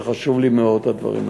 זה חשוב לי מאוד, הדברים האלה.